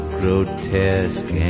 grotesque